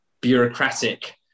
bureaucratic